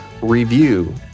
review